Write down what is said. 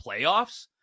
playoffs